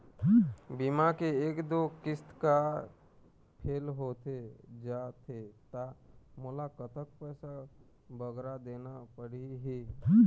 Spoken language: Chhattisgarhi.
बीमा के एक दो किस्त हा फेल होथे जा थे ता मोला कतक पैसा बगरा देना पड़ही ही?